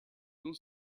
cent